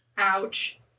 ouch